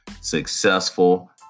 successful